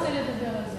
רוצה לדבר על זה.